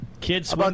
Kids